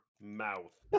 mouth